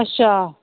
अच्छा